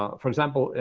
for example,